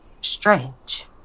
strange